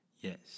Yes